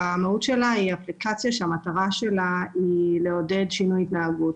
היא אפליקציה שהמטרה שלה היא לעודד שינוי התנהגות